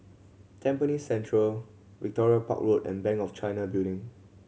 Tampines Central Victoria Park Road and Bank of China Building